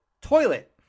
toilet